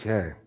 Okay